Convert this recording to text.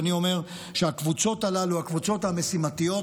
ואני אומר שהקבוצות הללו, הקבוצות המשימתיות,